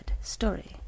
Story